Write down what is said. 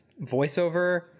voiceover